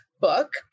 book